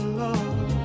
love